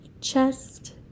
chest